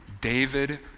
David